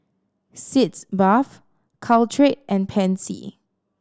Sitz Bath Caltrate and Pansy